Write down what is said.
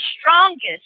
strongest